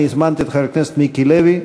אני הזמנתי את חבר הכנסת מיקי לוי,